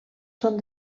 són